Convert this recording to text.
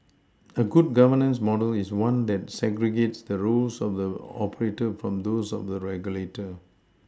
a good governance model is one that segregates the roles of the operator from those of the regulator